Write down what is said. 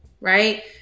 right